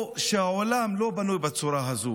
או שהעולם לא בנוי בצורה הזו,